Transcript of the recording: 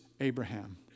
Abraham